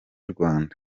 rwanda